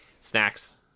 snacks